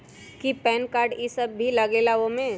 कि PAN card इ सब भी लगेगा वो में?